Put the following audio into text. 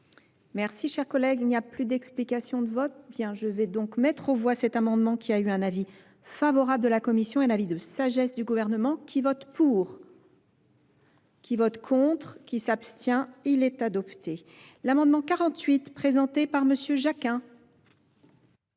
Alpes Cher collègue, il n'y a plus d'explication de vote bien je vais donc mettre aux voix cett amendement, qui a eu un avis favorable de la commission et un avis de sagesse du gouvernement qui vote pour qui vote contre qui s'abstient il est adopté l'amendement quarante huit présenté par m jacquin